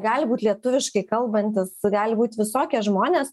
gali būt lietuviškai kalbantys su gali būt visokie žmonės